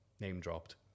name-dropped